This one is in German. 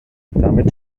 damit